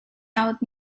out